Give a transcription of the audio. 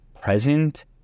present